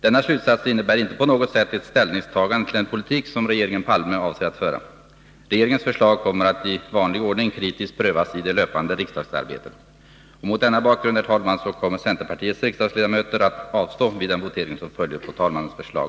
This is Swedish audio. Denna slutsats innebär inte på något sätt ett ställningstagande till den politik som en regering Palme avser att föra. Regeringens förslag kommer att i vanlig ordning kritiskt prövas i det löpande riksdagsarbetet. Mot denna bakgrund kommer centerpartiets riksdagsledamöter att avstå vid den votering som följer på talmannens förslag.